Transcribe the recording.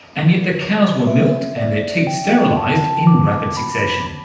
and yet the cows were milked and their teats sterilised in rapid succession.